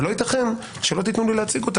אבל לא ייתכן שלא תיתנו לי להציע אותה.